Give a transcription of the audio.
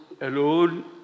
alone